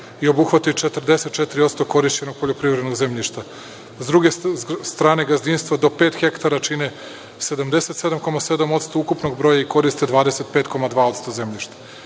i obuhvata i 44% korišćenog poljoprivrednog zemljišta. S druge strane, gazdinstva do pet hektara čine 77,7% ukupnog broja i koriste 25,2% zemljišta.